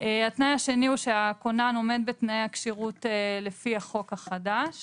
התנאי השני הוא שהכונן עומד בתנאי הכשירות לפי החוק החדש